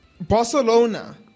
barcelona